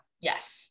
Yes